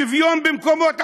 שוויון במקומות עבודה,